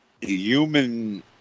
human